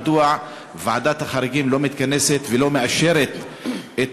מדוע ועדת החריגים לא מתכנסת ולא מאשרת את